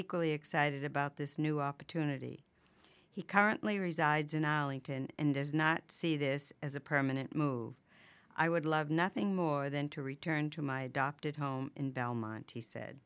equally excited about this new opportunity he currently resides in arlington and does not see this as a permanent move i would love nothing more than to return to my dr at home